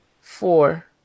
four